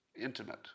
intimate